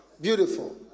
Beautiful